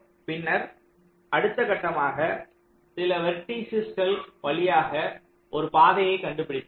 பின்னர் அடுத்த கட்டமாக சில வெர்டிசஸ்கள் வழியாக ஒரு பாதையை கண்டுபிடித்தீர்கள்